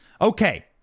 Okay